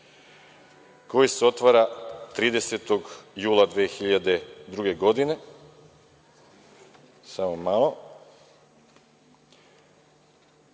koji se otvara 30. jula 2002. godine. Stečajni